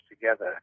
together